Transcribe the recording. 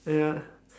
ya